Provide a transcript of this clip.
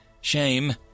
Shame